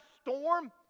storm